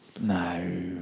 No